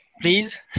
please